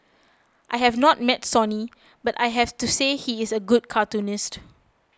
I have not met Sonny but I have to say he is a good cartoonist